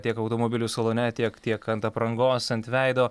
tiek automobilių salone tiek tiek ant aprangos ant veido